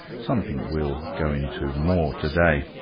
something we'll go into more today.